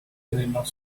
événement